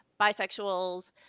bisexuals